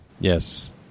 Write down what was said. Yes